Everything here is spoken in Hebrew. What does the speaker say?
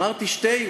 שתי, אמרתי שתי.